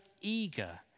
eager